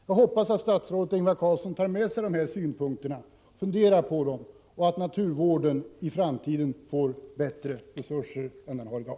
Jag hoppas att statsrådet Ingvar Carlsson tar med sig dessa synpunkter och funderar på dem, så att naturvården i framtiden får bättre resurser än den har i dag.